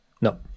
No